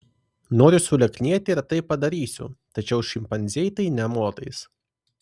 noriu sulieknėti ir tai padarysiu tačiau šimpanzei tai nė motais